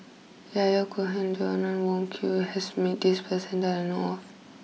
Yahya Cohen and Joanna Wong Quee has met this person that I know of